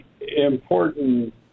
important